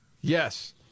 yes